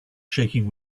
shaking